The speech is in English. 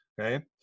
okay